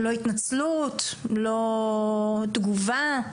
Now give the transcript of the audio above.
לא התנצלות, לא תגובה.